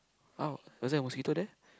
!ouch! was there a mosquito there